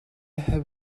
have